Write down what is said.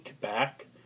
back